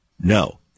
no